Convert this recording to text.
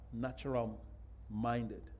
natural-minded